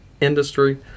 industry